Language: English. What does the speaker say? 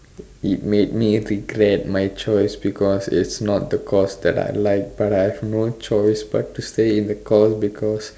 made me regret my choice because it is not the course that I like but I have no choice but to stay in the course because